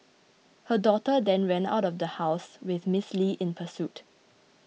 her daughter then ran out of house with Ms Li in pursuit